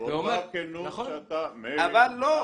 אבל לא,